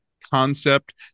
concept